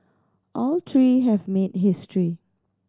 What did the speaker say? all three have made history